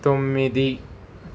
తొమ్మిది